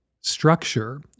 structure